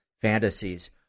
fantasies